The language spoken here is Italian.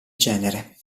genere